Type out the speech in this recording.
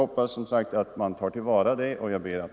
avgifter vid produktion av Överläggningen var härmed slutad.